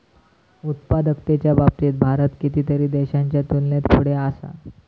उत्पादकतेच्या बाबतीत भारत कितीतरी देशांच्या तुलनेत पुढे असा